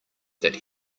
that